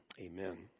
Amen